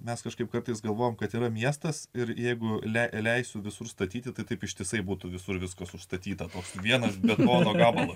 mes kažkaip kartais galvojame kad yra miestas ir jeigu leisiu visur statyti taip ištisai būtų visur viskas užstatyta o vienas betono gabalas